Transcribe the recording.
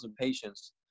patients